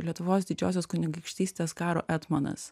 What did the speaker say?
lietuvos didžiosios kunigaikštystės karo etmonas